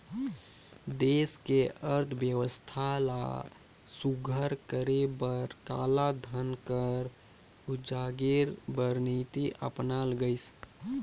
देस के अर्थबेवस्था ल सुग्घर करे बर कालाधन कर उजागेर बर नीति अपनाल गइस